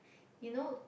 you know